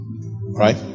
right